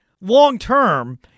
long-term